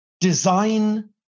design